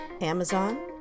Amazon